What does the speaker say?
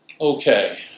Okay